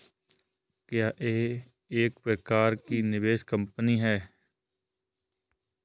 क्या यह एक प्रकार की निवेश कंपनी है?